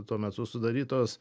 tuomet su sudarytos